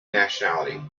nationality